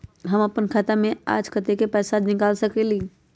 हम अपन खाता से आज कतेक पैसा निकाल सकेली?